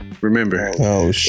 remember